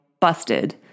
busted